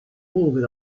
moved